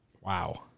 Wow